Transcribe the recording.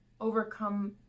overcome